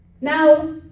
Now